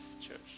church